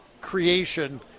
creation